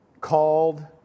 called